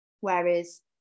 Whereas